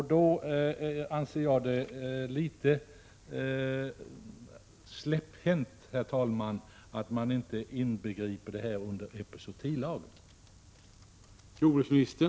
Jag anser det alltså litet släpphänt, herr talman, att denna sjukdom inte omfattas av epizootilagen.